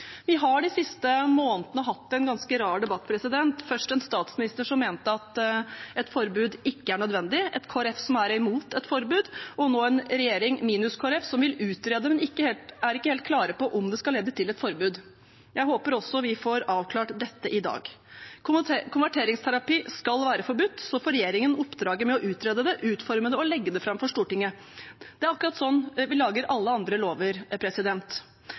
Vi har de siste månedene hatt en ganske rar debatt, først med en statsminister som mente at et forbud ikke er nødvendig, så et Kristelig Folkeparti som er imot et forbud, og nå en regjering – minus Kristelig Folkeparti – som vil utrede, men ikke er helt klar på om det skal lede til et forbud. Jeg håper vi også får avklart dette i dag. Konverteringsterapi skal være forbudt, så får regjeringen oppdraget med å utrede det, utforme det og legge det fram for Stortinget. Det er akkurat sånn vi lager alle andre lover.